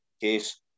case